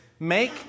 Make